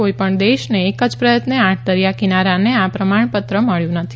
કોઇપણ દેશને એક જ પ્રયત્ને આઠ દરિયા કિનારાને આ પ્રમાણપત્ર મબ્યુ નથી